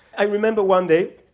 i remember one day,